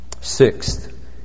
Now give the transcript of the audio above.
Sixth